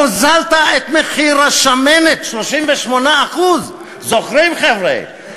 הוזלת את השמנת 38%. זוכרים, חבר'ה?